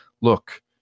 look